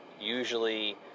usually